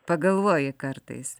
pagalvoji kartais